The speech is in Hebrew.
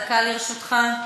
דקה לרשותך.